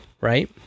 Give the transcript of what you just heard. Right